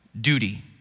duty